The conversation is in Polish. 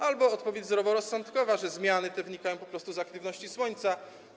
Albo odpowiedź zdroworozsądkowa, że zmiany te wynikają po prostu z aktywności Słońca.